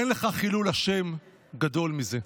אין לך חילול השם גדול מזה.